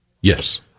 Yes